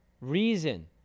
reason